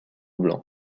blanc